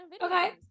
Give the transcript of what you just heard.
okay